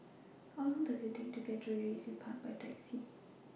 How Long Does IT Take to get to Ridley Park By Taxi